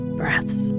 breaths